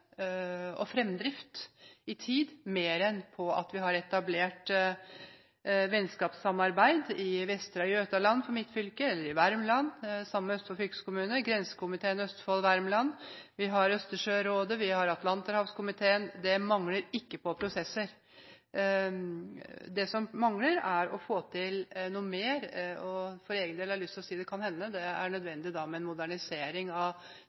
har etablert vennskapssamarbeid i Västra Götaland for mitt fylke, eller i Värmland sammen med Østfold fylkeskommune. Vi har grensekomiteen Østfold/Värmland, Østersjørådet og Atlanterhavskomiteen – det mangler ikke på prosesser. Det som mangler, er å få til noe mer. For min egen del har jeg lyst til å si at det kan hende det da er nødvendig med en modernisering av